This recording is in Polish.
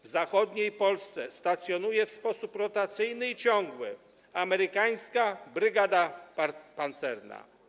W zachodniej Polsce stacjonuje w sposób rotacyjny i ciągły amerykańska brygada pancerna.